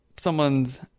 Someone's